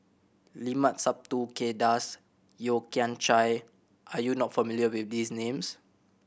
Limat Sabtu Kay Das Yeo Kian Chye are you not familiar with these names